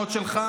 600 שלך,